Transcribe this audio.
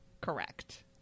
correct